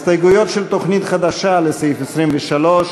הסתייגויות של תוכנית חדשה לסעיף 23,